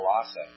Colossae